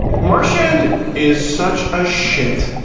marchand is such a shit.